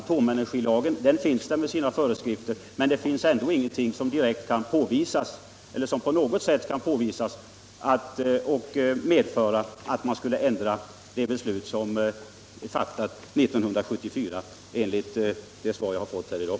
Atomenergilagen finns med sina föreskrifter, men ingenting kan påvisas som medför att man borde ändra det beslut som fattades 1974, enligt det svar jag har fått här i dag.